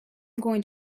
going